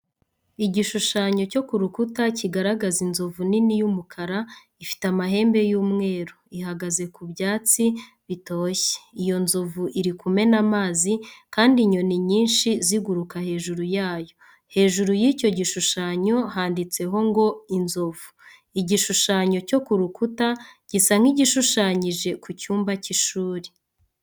Igishushanyo cyo ku rukuta kigaragaza inzovu nini y'umukara ifite amahembe y'umweru ihagaze ku byatsi bitoshye. Iyo nzovu iri kumena amazi, kandi inyoni nyinshi ziguruka hejuru yayo. Hejuru y'icyo gishushanyo, handitseho ngo:"INZOVU." Igishushanyo cyo ku rukuta gisa nk'igishushanyije ku cyumba cy'ishuri.